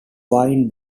find